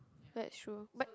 that's true bike